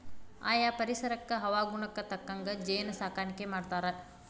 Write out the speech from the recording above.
ಆಯಾ ಪರಿಸರಕ್ಕ ಹವಾಗುಣಕ್ಕ ತಕ್ಕಂಗ ಜೇನ ಸಾಕಾಣಿಕಿ ಮಾಡ್ತಾರ